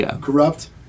corrupt